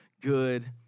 good